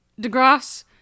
Degrasse